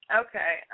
Okay